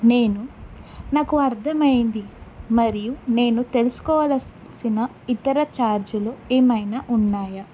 నేను నాకు అర్థమైంది మరియు నేను తెలుసుకోవాల్సిన ఇతర ఛార్జీలు ఏమైనా ఉన్నాయా